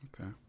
Okay